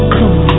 Come